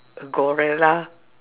a gorilla